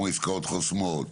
כמו עסקאות חוסמות,